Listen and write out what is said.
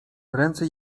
ręce